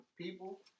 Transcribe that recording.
people